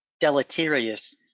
deleterious